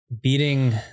beating